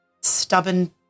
stubborn